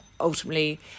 ultimately